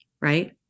right